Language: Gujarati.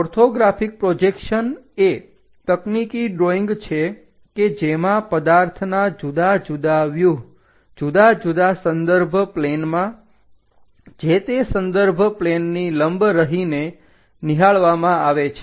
ઓર્થોગ્રાફિક પ્રોજેક્શન એ તકનીકી ડ્રોઈંગ છે કે જેમાં પદાર્થના જુદા જુદા વ્યુહ જુદા જુદા સંદર્ભ પ્લેન માં જે તે સંદર્ભ પ્લેનની લંબ રહીને નિહાળવામાં આવે છે